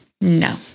no